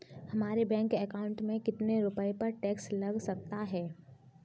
हमारे bank account में कितने रुपये पर टैक्स लग सकता है?